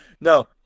no